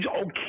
okay